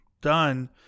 done